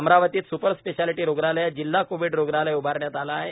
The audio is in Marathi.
अमरावतीत स्पर स्पेशालिटी रुग्णालयात जिल्हा कोविड रुग्णालय उभारण्यात आले आहे